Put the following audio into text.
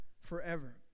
forever